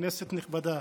כנסת נכבדה,